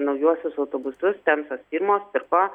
naujuosius autobusus temsas firmos pirko